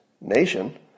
nation